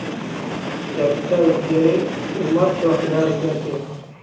एक टा स्पीयर रे कीमत त हजार रुपया छे